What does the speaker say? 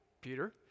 Peter